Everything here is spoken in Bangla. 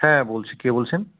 হ্যাঁ বলছি কে বলছেন